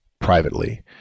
privately